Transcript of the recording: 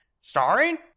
starring